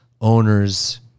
owners